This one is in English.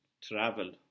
travel